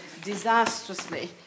disastrously